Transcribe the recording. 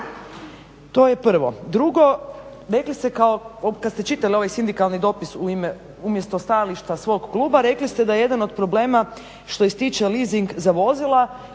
To je prvo. Drugo, rekli ste kao kad ste čitali ovaj sindikalni dopis umjesto stajališta svoj kluba rekli ste da je jedan od problema što ističe lizing za vozila,